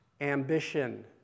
ambition